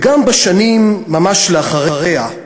וגם בשנים ממש אחריה,